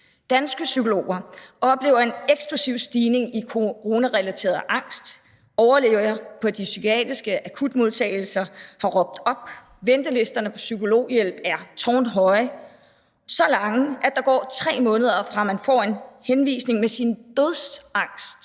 Danske psykologer oplever en eksplosiv stigning i coronarelateret angst, overlæger på de psykiatriske akutmodtagelser har råbt op, ventelisterne på psykologhjælp er tårnhøje, så lange, at der går 3 måneder, fra man får en henvisning med sin dødsangst,